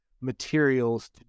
materials